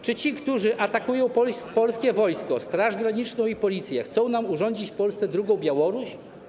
Czy ci, którzy atakują polskie wojsko, Straż Graniczną i Policję, chcą nam urządzić w Polsce drugą Białoruś?